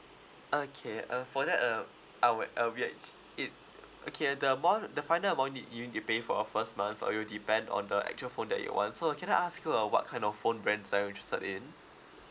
okay uh for that uh I would uh we actu~ it okay uh the amount the final amount that you need to pay for a first month uh it'll depend on the actual phone that you want so uh can I ask you uh what kind of phone brands are you interested in